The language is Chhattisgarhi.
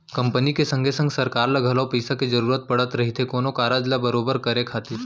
कंपनी के संगे संग सरकार ल घलौ पइसा के जरूरत पड़त रहिथे कोनो कारज ल बरोबर करे खातिर